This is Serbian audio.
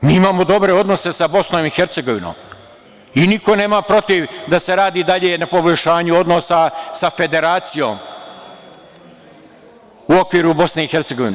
Mi imamo dobre odnose sa BiH i niko nema protiv da se radi dalje na poboljšanju odnosa sa Federacijom u okviru BiH.